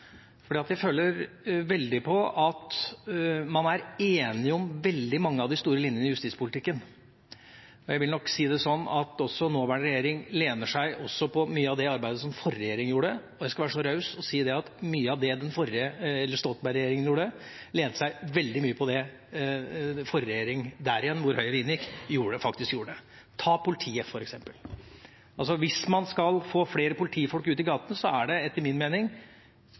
jeg føler veldig på at man er enige om veldig mange av de store linjene i justispolitikken. Jeg vi si det sånn at også den nåværende regjering lener seg på mye av det arbeidet som den forrige regjering gjorde. Og jeg skal være så raus å si at mye av det Stoltenberg-regjeringen gjorde, lente seg veldig mye på det den forrige regjeringen der igjen – som Høyre inngikk i – faktisk gjorde. Ta for eksempel politiet. Hvis man skal få flere politifolk ute i gatene, er det etter min mening